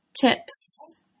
tips